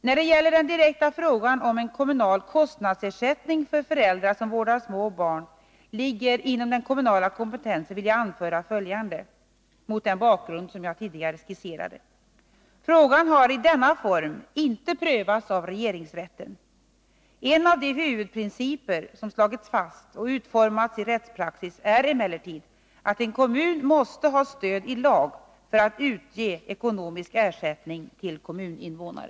När det gäller den direkta frågan, om en kommunal kostnadsersättning för föräldrar som vårdar små barn ligger inom den kommunala kompetensen, vill jag mot den bakgrund som jag tidigare skisserade anföra följande: Frågan har i denna form inte prövats av regeringsrätten. En av de huvudprinciper som slagits fast och utformats i rättspraxis är emellertid att en kommun måste ha stöd i lag för att utge ekonomisk ersättning till kommuninvånare.